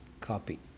Copy